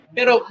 Pero